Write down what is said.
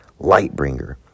Lightbringer